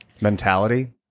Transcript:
mentality